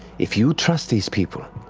if you trust these people,